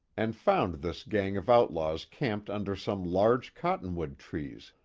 and found this gang of outlaws camped under some large cottonwood trees,